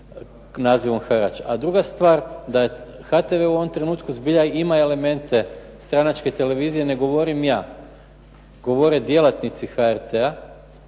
Nazivom harač. A druga stvar da HTV u ovom trenutku zbilja ima elemente stranačke televizije ne govorim ja, govore djelatnici HRT-a